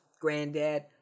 Granddad